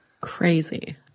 Crazy